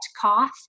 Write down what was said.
cough